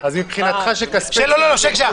אז מבחינתך שכספי ציבור